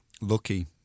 Lucky